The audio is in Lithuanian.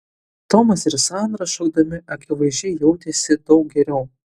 tomas ir sandra šokdami akivaizdžiai jautėsi daug geriau